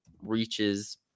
reaches